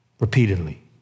repeatedly